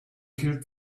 killed